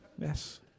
Yes